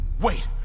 Wait